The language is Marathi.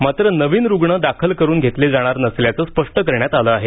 मात्र नवीन रुग्ण दाखल करून घेतले जाणार नसल्याचं स्पष्ट करण्यात आलं आहे